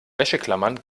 wäscheklammern